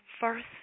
first